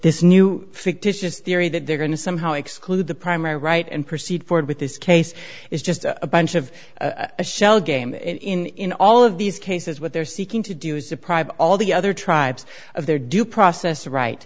this new fictitious theory that they're going to somehow exclude the primary right and proceed forward with this case is just a bunch of a shell game in all of these cases what they're seeking to do is deprive all the other tribes of their due process the right